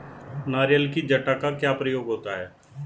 नारियल की जटा का क्या प्रयोग होता है?